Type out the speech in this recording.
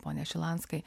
pone šilanskai